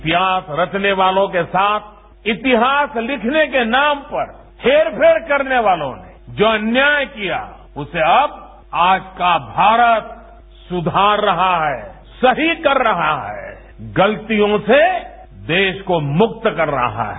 इतिहास रचने वालों के साथ इतिहास लिखने के नाम पर हेरफेर करने वालों ने जो अन्याय किया उसे अब आज का भारत सुधार रहा है सही कर रहा है गलतियों से देश को मुक्त कर रहा है